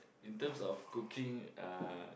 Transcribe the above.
in terms of cooking uh